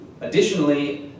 Additionally